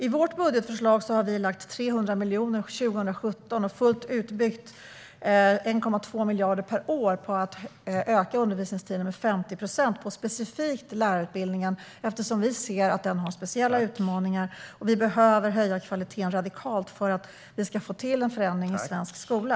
I vårt budgetförslag har vi lagt 300 miljoner för 2017 och fullt utbyggt 1,2 miljarder per år för att öka undervisningstiden med 50 procent, specifikt på lärarutbildningen eftersom den har speciella utmaningar. Vi behöver höja kvaliteten radikalt för att man ska få till en förändring i svensk skola.